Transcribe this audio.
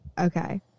okay